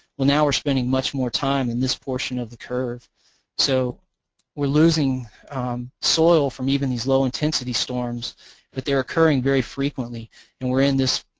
well now we're spending much more time in this portion of the curve so we're losing soil from even these low-intensity storms but they're occurring very frequently and we're in this,